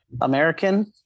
American